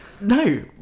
no